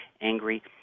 angry